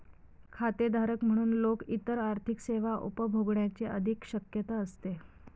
खातेधारक म्हणून लोक इतर आर्थिक सेवा उपभोगण्याची अधिक शक्यता असते